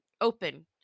open